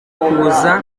kuza